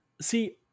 See